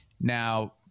Now